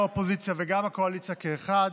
האופוזיציה וגם הקואליציה כאחד,